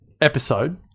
episode